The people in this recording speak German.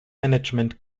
management